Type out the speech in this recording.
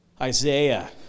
Isaiah